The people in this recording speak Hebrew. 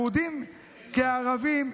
יהודים כערבים,